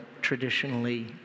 traditionally